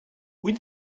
will